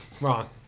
wrong